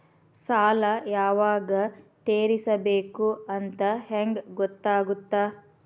ಸಾಲ ಯಾವಾಗ ತೇರಿಸಬೇಕು ಅಂತ ಹೆಂಗ್ ಗೊತ್ತಾಗುತ್ತಾ?